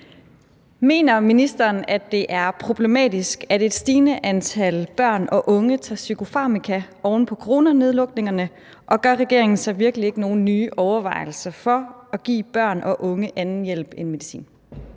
Mener ministeren, at det er problematisk, at et stigende antal børn og unge tager psykofarmaka oven på coronanedlukningerne, og gør regeringen sig virkelig ikke nogen nye overvejelser for at give børn og unge anden hjælp end medicin?